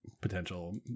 potential